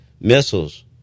missiles